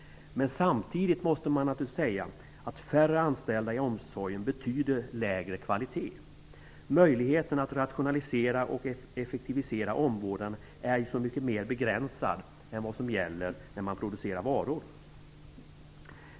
Men samtidigt måste man naturligtvis säga att färre anställda i omsorgen betyder lägre kvalitet. Möjligheten att rationalisera och effektivisera omvårdnad är så mycket mera begränsad än vad som gäller när varor produceras.